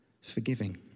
forgiving